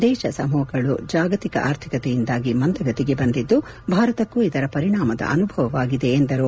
ದೇಶ ಸಮೂಪಗಳು ಜಾಗತಿಕ ಆರ್ಥಿಕತೆಯಿಂದಾಗಿ ಮಂದಗತಿಗೆ ಬಂದಿದ್ದು ಭಾರತಕ್ಕೂ ಇದರ ಪರಿಣಾಮದ ಅನುಭವವಾಗಿದೆ ಎಂದರು